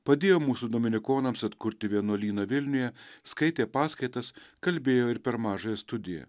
padėjo mūsų dominikonams atkurti vienuolyną vilniuje skaitė paskaitas kalbėjo ir per mažąją studiją